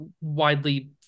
widely